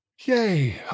yay